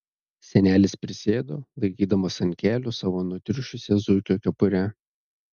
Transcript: senelis prisėdo laikydamas ant kelių savo nutriušusią zuikio kepurę